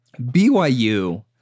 byu